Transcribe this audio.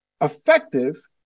effective